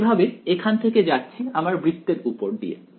আমি এভাবে এখান থেকে যাচ্ছি আমার বৃত্তের উপর দিয়ে